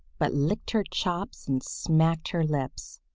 but licked her chops and smacked her lips.